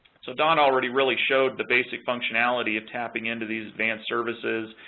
so don already really showed the basic functionality of tapping into these advanced services,